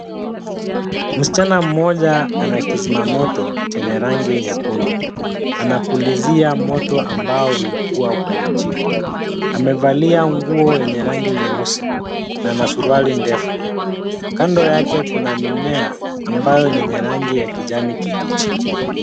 Msichana mmoja ana kizima moto chenye rangi nyekundu. Anapulizia moto ambao ulikuwa kwenye jiko. Amevalia nguo yenye rangi nyeusi na ana suruali ndefu. Kando yake kuna mimea ambayo ni yenye rangi ya kijani kibichi.